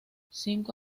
cinco